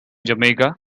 jamaica